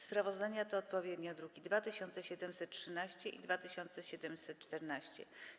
Sprawozdania to odpowiednio druki nr 2713 i 2714.